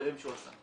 המחקרים שהוא עשה.